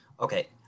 Okay